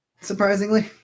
surprisingly